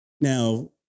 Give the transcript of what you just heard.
Now